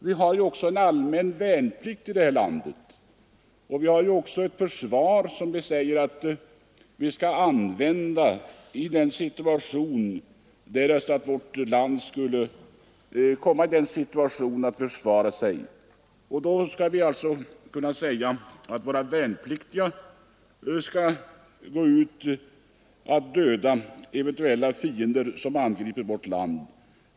Vi har t.ex. allmän värnplikt och ett försvar som vi säger att vi skall använda därest vårt land skulle komma i den situationen att det måste försvara sig. Då skall vi alltså kunna säga att våra värnpliktiga skall gå ut och döda eventuella fiender som angriper vårt land.